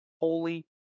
Holy